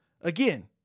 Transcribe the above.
again